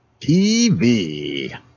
TV